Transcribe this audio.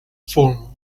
form